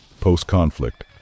Post-conflict